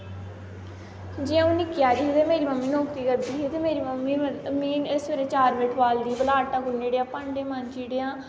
जियां अ'ऊं निक्की हारी ही ते मेरी मम्मी नौकरी करदी ही ते मेरी मम्मी मिगी सवेरे चार बज़े ठोआलदी ही ते भला आटा गुन्नी ओड़ेआं भांडे मांजी ओड़ेआं